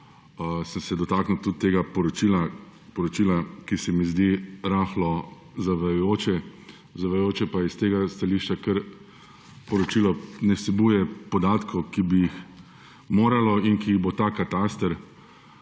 sem se dotaknil tudi tega poročila, ki se mi zdi rahlo zavajajoče; zavajajoče pa s tega stališča, ker poročilo ne vsebuje podatkov, ki bi jih moralo in ki jih bo ta kataster